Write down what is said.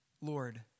Lord